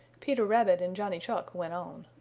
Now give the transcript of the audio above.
peter rabbit and johnny chuck went on.